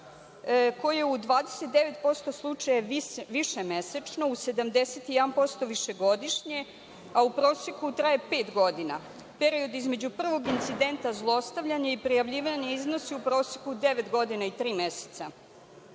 koje u 29% slučajeva više mesečno, u 71% višegodišnje, a u proseku traje pet godina. Period između prvog incidenta zlostavljanja i prijavljivanja iznosi u proseku devet godina i tri meseca.